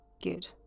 Good